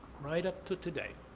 right up to today,